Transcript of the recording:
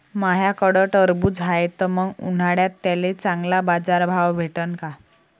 माह्याकडं टरबूज हाये त मंग उन्हाळ्यात त्याले चांगला बाजार भाव भेटन का?